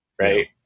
Right